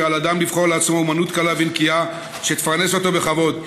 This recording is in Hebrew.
על האדם לבחור לעצמו אומנות קלה ונקייה שתפרנס אותו בכבוד.